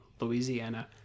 Louisiana